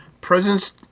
presence